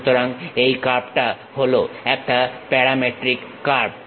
সুতরাং এই কার্ভটা হলো একটা প্যারামেট্রিক কার্ভ